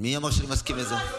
מי אמר שאני מסכים לזה?